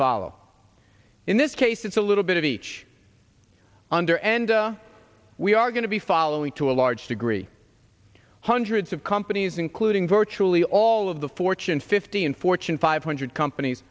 follow in this case it's a little bit of each under enda we are going to be following to a large degree hundreds of companies including virtually all of the fortune fifty and fortune five hundred companies